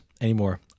anymore